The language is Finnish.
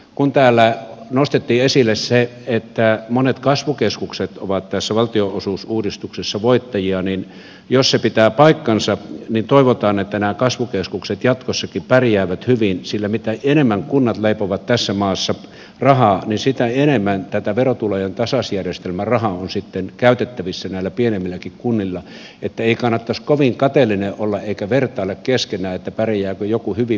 kun täällä nostettiin esille se että monet kasvukeskukset ovat tässä valtionosuusuudistuksessa voittajia niin jos se pitää paikkansa toivotaan että nämä kasvukeskukset jatkossakin pärjäävät hyvin sillä mitä enemmän kunnat leipovat tässä maassa rahaa sitä enemmän tätä verotulojen tasausjärjestelmän rahaa on sitten käytettävissä näillä pienemmilläkin kunnilla niin että ei kannattaisi kovin kateellinen olla eikä vertailla keskenään että pärjääkö joku hyvin vai huonosti